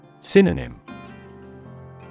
Synonym